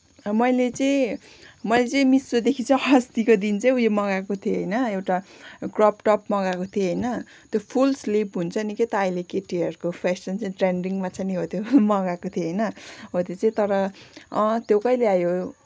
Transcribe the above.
मैले चाहिँ मैले चाहिँ मिसोदेखि चाहिँ अस्तिको दिन चाहिँ उयो मगाएको थिएँ होइन एउटा क्रप टप मगाएको थिएँ होइन त्यो फुल स्लिभ हुन्छ नि के त अहिले केटीहरूको फेसन चाहिँ ट्रेन्डिङमा छ नि हो त्यो मगाएको थिएँ होइन हो त्यो चाहिँ तर अँ त्यो कहिले आयो